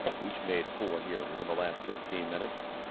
each made four here within the last fifteen minutes.